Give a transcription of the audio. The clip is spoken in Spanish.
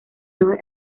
dos